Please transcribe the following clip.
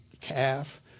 calf